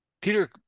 Peter